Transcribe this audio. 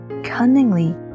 Cunningly